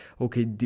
okay